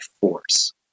force